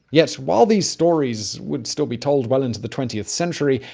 yet while these stories would still be told well into the twentieth century,